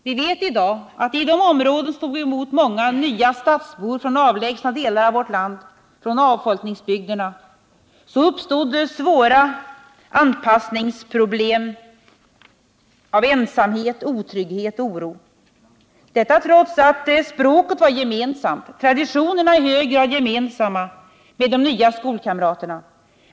Vi vet i dag att när vi i de områdena tog emot många nya stadsbor från avlägsna delar av vårt land, från avfolkningsbygderna, uppstod det svåra anpassningsproblem på grund av ensamhet, otrygghet och oro, detta trots att språket var gemensamt och traditionerna i hög grad gemensamma med de nya skolkamraternas.